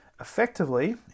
effectively